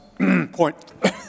Point